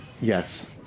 Yes